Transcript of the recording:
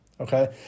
Okay